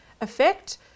effect